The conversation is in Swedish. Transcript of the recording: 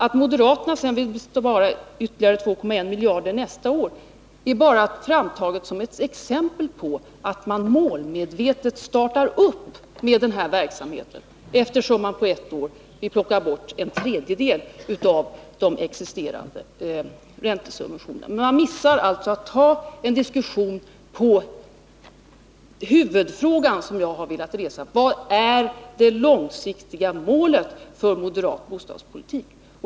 Att moderaterna sedan vill spara ytterligare 2,1 miljarder nästa år är bara framtaget som ett exempel på att man målmedvetet startar upp denna verksamhet, eftersom man på ett år vill plocka bort en tredjedel av de existerande räntesubventionerna. Man har alltså missat att ta en diskussion om den huvudfråga som jag har velat resa: Vad är det långsiktiga målet för moderat bostadspolitik?